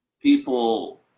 people